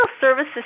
services